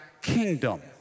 kingdom